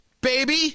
baby